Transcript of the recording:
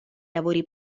lavori